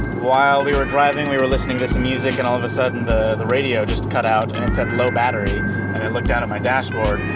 while we were driving, we were listening to some music and all of a sudden the the radio just cut out and and said, low battery, and i looked down at my dashboard,